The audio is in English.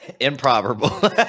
Improbable